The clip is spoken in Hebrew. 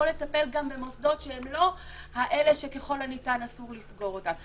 יכול לטפל גם במוסדות שהם לא אלה שככל הניתן אסור לסגור אותם.